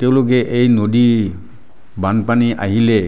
তেওঁলোকে এই নদী বানপানী আহিলে